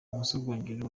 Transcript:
umusogongero